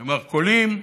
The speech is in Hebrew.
המרכולים,